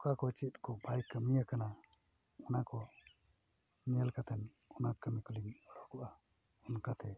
ᱚᱠᱟ ᱠᱚ ᱪᱮᱫ ᱠᱚ ᱵᱟᱭ ᱠᱟᱹᱢᱤ ᱟᱠᱟᱱᱟ ᱚᱱᱟ ᱠᱚ ᱧᱮᱞ ᱠᱟᱛᱮᱱ ᱚᱱᱟ ᱠᱟᱹᱢᱤ ᱠᱚᱞᱤᱧ ᱚᱰᱳᱠᱚᱜᱼᱟ ᱚᱱᱠᱟᱛᱮ